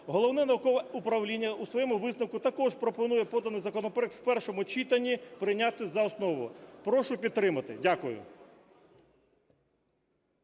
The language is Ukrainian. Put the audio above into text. Головне наукове управління у своєму висновку також пропонує поданий законопроект в першому читанні прийняти за основу. Прошу підтримати. Дякую.